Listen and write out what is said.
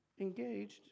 engaged